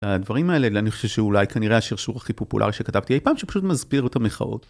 הדברים האלה אני חושב שאולי כנראה השרשור הכי פופולרי שכתבתי אי פעם שפשוט מסביר את המחאות.